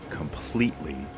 completely